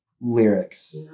lyrics